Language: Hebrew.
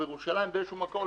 בירושלים או באיזשהו מקום,